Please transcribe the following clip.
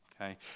okay